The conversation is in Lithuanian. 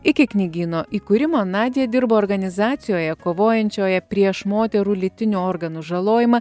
iki knygyno įkūrimo nadja dirbo organizacijoje kovojančioje prieš moterų lytinių organų žalojimą